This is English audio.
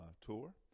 tour